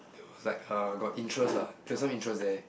there was like uh got interest lah there was some interest there